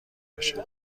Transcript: باشه